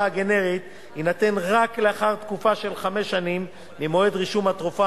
הגנרית יינתן רק לאחר תקופה של חמש שנים ממועד רישום התרופה